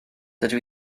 dydw